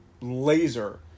laser